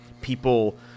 people